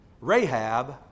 Rahab